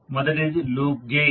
మొదటిది loop gain